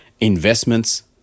investments